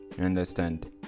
understand